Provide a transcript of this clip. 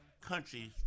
countries